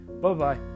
Bye-bye